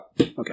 Okay